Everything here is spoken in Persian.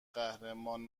قهرمان